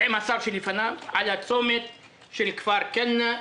ועם השר שהיה לפניו על הצומת של כפר כנא,